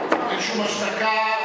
אין שום השתקה.